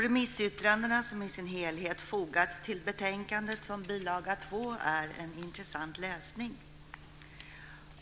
Remissyttrandena, som i sin helhet fogats till betänkandet som bil. 2, är en intressant läsning.